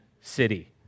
city